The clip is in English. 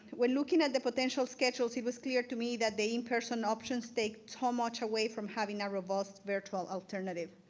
when looking at the potential schedules it was clear to me that they in-person options take too much away from having a robust virtual alternative.